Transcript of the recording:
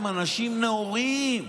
הם אנשים נאורים.